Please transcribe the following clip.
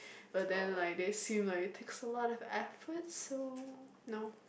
but then like they seem like it takes a lot of effort so